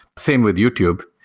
same with youtube.